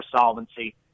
solvency